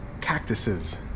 cactuses